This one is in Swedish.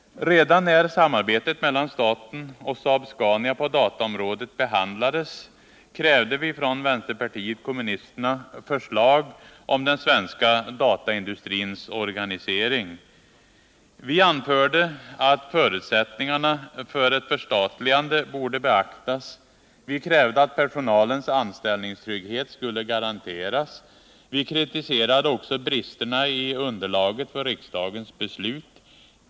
Redan när samarbetet mellan staten och Saab-Scania på dataområdet behandlades för första gången krävde vi från vänsterpartiet kommunisterna förslag om den svenska dataindustrins organisering. Vi anförde att förutsättningarna för ett förstatligande borde beaktas. Vi krävde att personalens anställningstrygghet skulle garanteras. Vi kritiserade också bristerna i underlaget för riksdagens beslut.